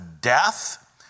death